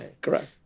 Correct